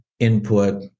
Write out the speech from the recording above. Input